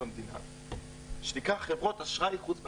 המדינה שנקרא חברות אשראי חוץ בנקאיות,